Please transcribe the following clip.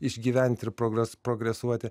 išgyventi ir progres progresuoti